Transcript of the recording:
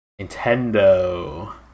Nintendo